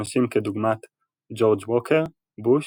אנשים כדוגמת ג'ורג' ווקר בוש